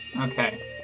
Okay